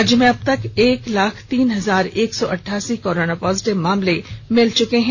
राज्य में अबतक एक लाख तीन हजार एक सौ अठासी कोरोना पॉजिटिव मामले मिल चुके हैं